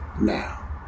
now